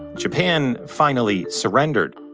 japan finally surrendered.